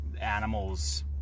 animals